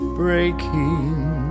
breaking